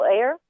air